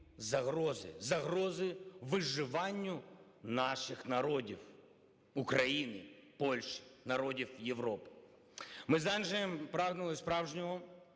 загрози, загрози виживанню наших народів – України, Польщі, народів Європи. Ми з Анджеєм прагнули справжнього